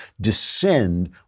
descend